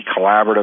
collaborative